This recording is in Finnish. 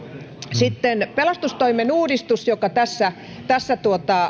sitten pelastustoimen uudistus joka tässä tässä